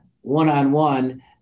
one-on-one